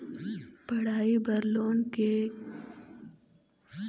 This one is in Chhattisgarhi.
पढ़ई बर लोन ले के का प्रक्रिया हे, अउ ऋण के भुगतान कोन प्रकार से होथे?